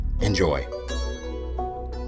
Enjoy